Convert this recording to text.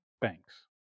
Banks